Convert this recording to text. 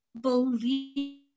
believe